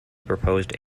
proposed